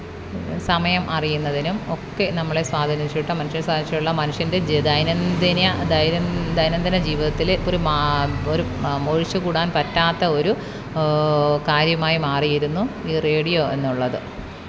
സമയം അറിയുന്നതിനും ഒക്കെ നമ്മളെ സ്വാധീനിച്ചിട്ടും മനുഷ്യനെ സഹായിച്ചിട്ടുള്ള മനുഷ്യന്റെ ജ ദൈനംദിന് ദൈനം ദൈനംദിന ജീവിതത്തിൽ ഇപ്പമൊരു മാ ഒരു ഒഴിച്ച് കൂടാന് പറ്റാത്ത ഒരു കാര്യമായി മാറിയിരുന്നു ഈ റേഡിയോ എന്നുള്ളത്